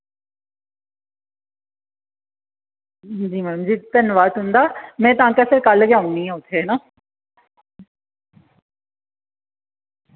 जी madam ji धन्नवाद तुंदा में तां कल गै औनियां उत्थे ना